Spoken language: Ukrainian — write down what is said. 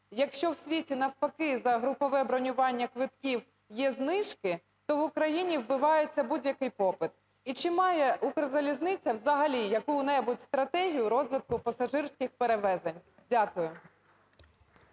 Якщо в світі навпаки за групове бронювання квитків є знижки, то в Україні вбивається будь-який попит. І чи має "Укрзалізниця" взагалі яку-небудь стратегію розвитку пасажирських перевезень? Дякую.